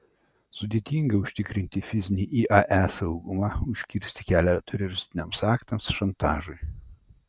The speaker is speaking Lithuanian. sudėtinga užtikrinti fizinį iae saugumą užkirsti kelią teroristiniams aktams šantažui